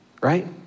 right